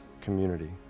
community